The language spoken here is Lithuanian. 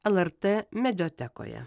lrt mediatekoje